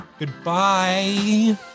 Goodbye